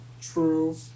True